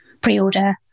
pre-order